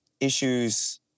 Issues